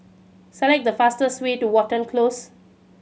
select the fastest way to Watten Close